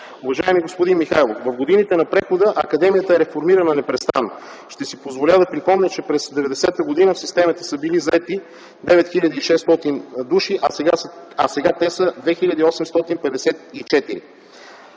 Уважаеми господин Михайлов, в годините на прехода академията е реформирана непрестанно. Ще си позволя да припомня, че през 1990 г. в системата са били заети 9600 души, а сега те са 2854